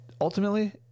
ultimately